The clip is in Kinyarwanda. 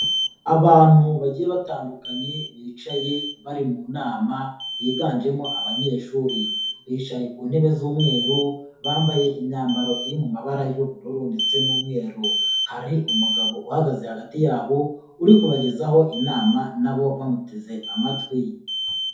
Abantu bagiye batandukanye bicaye bari mu nama, biganjemo abanyeshuri bicaye ku ntebe z'umweru bambaye imyambaro iri mu mabara y'ubururu ndetse n'umweru, hari umugabo uhagaze hagati yabo uri kubagezaho inama nabo bamuteze amatwi.